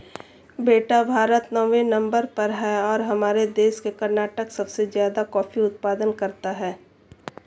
बेटा भारत नौवें नंबर पर है और हमारे देश में कर्नाटक सबसे ज्यादा कॉफी उत्पादन करता है